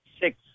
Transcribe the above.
six